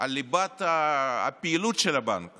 על ליבת הפעילות של הבנק